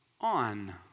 on